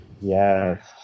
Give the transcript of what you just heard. Yes